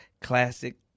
Classic